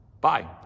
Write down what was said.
Bye